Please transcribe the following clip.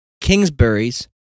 Kingsbury's